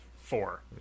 Four